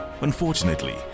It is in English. unfortunately